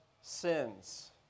sins